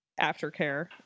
aftercare